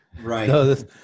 Right